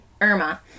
irma